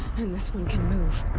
and this one can move.